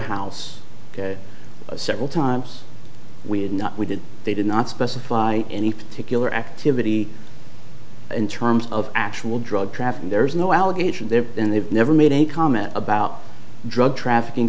house several times we had not we did they did not specify any particular activity in terms of actual drug trafficking there's no allegation there and they've never made any comment about drug trafficking